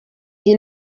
iyi